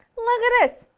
look at this!